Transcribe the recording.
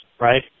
Right